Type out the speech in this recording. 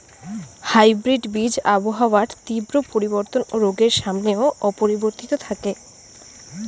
hybrid বীজ আবহাওয়ার তীব্র পরিবর্তন ও রোগের সামনেও অপরিবর্তিত থাকে